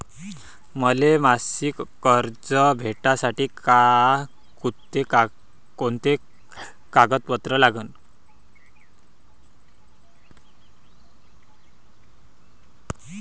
मले मासिक कर्ज भेटासाठी का कुंते कागदपत्र लागन?